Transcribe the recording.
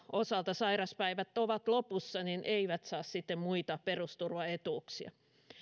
osalta sairauspäivät ovat lopussa eivät saa sitten muita perusturvaetuuksia